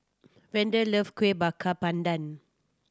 Vander loves Kueh Bakar Pandan